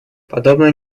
подобная